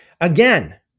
again